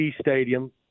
stadium